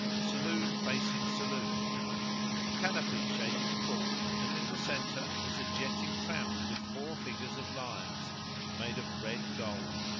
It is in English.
saloon facing saloon a canopy shaded the court and in the centre was a jetting fount with four figures of lions made of red gold,